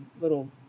little